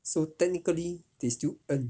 so technically they still earn